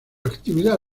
actividad